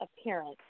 appearance